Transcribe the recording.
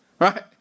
Right